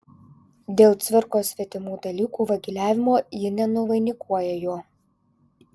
dėl cvirkos svetimų dalykų vagiliavimo ji nenuvainikuoja jo